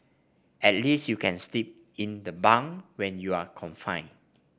at least you can sleep in the bunk when you're confined